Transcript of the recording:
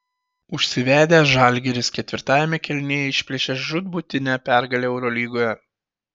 užsivedęs žalgiris ketvirtame kėlinyje išplėšė žūtbūtinę pergalę eurolygoje